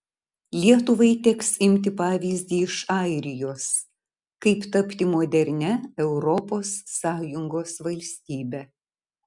lietuvai teks imti pavyzdį iš airijos kaip tapti modernia europos sąjungos valstybe